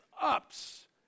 Ups